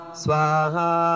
swaha